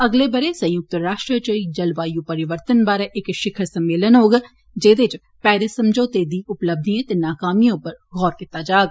अगले बरे संयुक्त राष्ट्र च जलवायु परिवर्तन बारे इक शिखर सम्मेलन होग जेदे च पेरिस समझौते दी उपलब्धिएं ते नाकामिएं उप्पर गौर कीता जाग